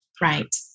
Right